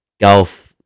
Golf